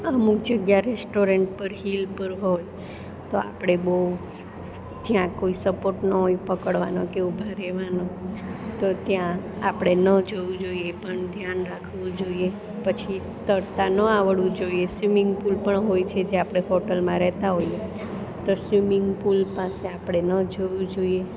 અમુક જગ્યા રેસ્ટોરન્ટ પર હિલ પર હોય તો આપણે બહુ ત્યાં કોઈ સપોટ ન હોય પકડવાનો કે ઊભા રહેવાનો તો ત્યાં આપણે ન જવું જોઈએ પણ ધ્યાન રાખવું જોઈએ પછી તરતાં ન આવડતું જોઈએ સ્વિમિંગ પુલ પણ હોય છે જે આપણે હોટલમાં રહેતા હોઈએ તો સ્વિમિંગ પુલ પાસે આપણે ન જવું જોઈએ